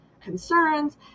concerns